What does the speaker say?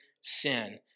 sin